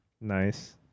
Nice